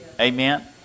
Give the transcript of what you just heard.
Amen